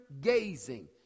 gazing